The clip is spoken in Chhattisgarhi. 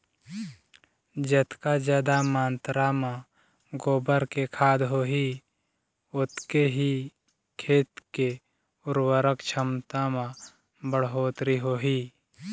जतका जादा मातरा म गोबर के खाद होही ओतके ही खेत के उरवरक छमता म बड़होत्तरी होही